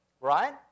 right